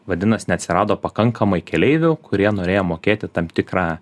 vadinas neatsirado pakankamai keleivių kurie norėjo mokėti tam tikrą